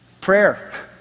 Prayer